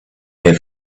here